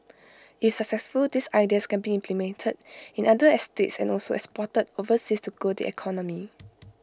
if successful these ideas can be implemented in other estates and also exported overseas to grow the economy